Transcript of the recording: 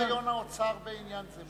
מה הגיון האוצר בעניין זה,